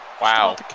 Wow